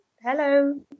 hello